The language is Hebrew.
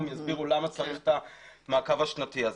יסבירו למה צריך את המעקב השנתי הזה.